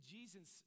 Jesus